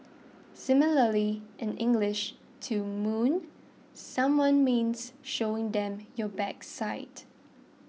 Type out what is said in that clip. similarly in English to 'moon' someone means showing them your backside